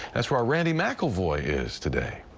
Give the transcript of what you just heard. that's where randy mcilvoy is today.